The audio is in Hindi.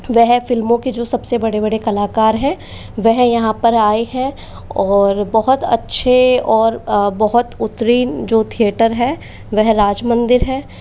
वह जो फिल्मों के जो सबसे बड़े बड़े कलाकार हैं वह यहाँ पर आये हैं और बहुत अच्छे और बहुत उत्तीर्ण जो थिएटर है वह राजमंदिर है